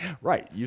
Right